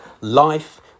Life